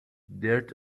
dirt